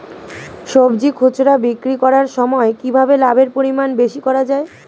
সবজি খুচরা বিক্রি করার সময় কিভাবে লাভের পরিমাণ বেশি করা যায়?